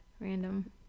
Random